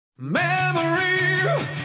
Memory